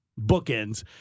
bookends